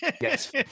Yes